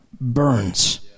burns